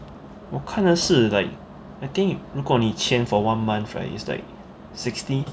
我看的是 like I think 如果你签 for one month is like sixty